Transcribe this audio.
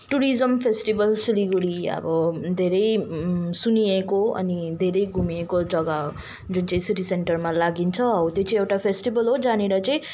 tourism festival Silgadhi अब धेरै सुनिएको अनि धेरै घुमिएको जग्गा हो जुन चाहिँ सिटी सेन्टरमा लाग्नेगर्छ हो त्यो चाहिँ एउटा फेस्टिवल हो जहाँनेर चाहिँ